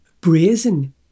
brazen